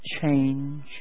change